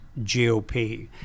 GOP